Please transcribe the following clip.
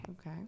Okay